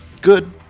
good